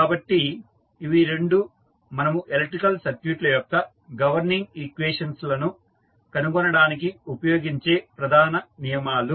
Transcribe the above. కాబట్టి ఇవి రెండు మనము ఎలక్ట్రికల్ సర్క్యూట్ ల యొక్క గవర్నింగ్ ఈక్వేషన్స్ లను కనుగొనడానికి ఉపయోగించే ప్రధాన నియమాలు